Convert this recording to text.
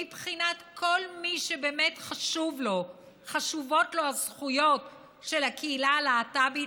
מבחינת כל מי שבאמת חשובות לו הזכויות של הקהילה הלהט"בית,